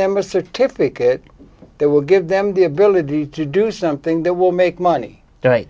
them a certificate that will give them the ability to do something that will make money donate